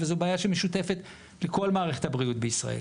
וזו בעיה שמשותפת לכל מערכת הבריאות בישראל.